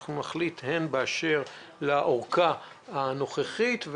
אנחנו נחליט הן באשר לארכה הנוכחית,